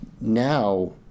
Now